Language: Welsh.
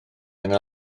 yna